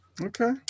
Okay